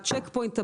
ה-צ'ק פוינט הבא,